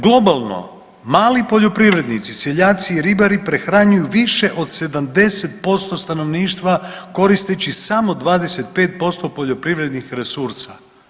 Globalno, mali poljoprivrednici, seljaci i ribari prehranjuju više od 70% stanovništva koristeći samo 25% poljoprivrednih resursa.